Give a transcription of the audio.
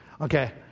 Okay